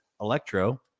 Electro